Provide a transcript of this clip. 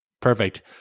perfect